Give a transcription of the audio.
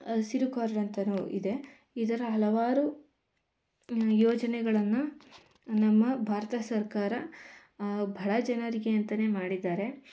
ಅಸಿರು card ಅಂತಾನು ಇದೆ ಇದರ ಹಲವಾರು ಯೋಜನೆಗಳನ್ನ ನಮ್ಮ ಭಾರತ ಸರ್ಕಾರ ಭಡ ಜನರಿಗೆ ಅಂತಾನೆ ಮಾಡಿದ್ದಾರೆ